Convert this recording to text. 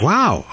Wow